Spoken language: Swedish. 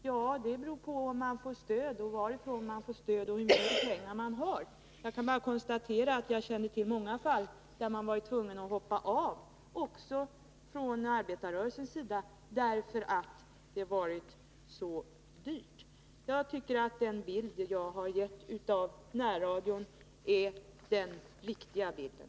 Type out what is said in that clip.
Ja, det beror på om man får stöd, varifrån man får stöd och hur mycket pengar man har. Jag kan bara konstatera att jag känner till många fall där man varit tvungen att hoppa av — också från arbetarrörelsens sida — därför att det varit så dyrt. Herr talman! Jag tror att den bild jag har gett av närradion är den riktiga bilden.